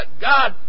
God